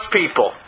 people